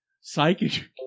Psychic